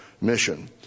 mission